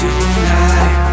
Tonight